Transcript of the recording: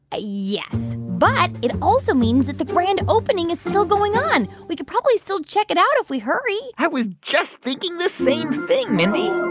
ah yes. but it also means that the grand opening is still going on. we could probably still check it out if we hurry i was just thinking the same thing, mindy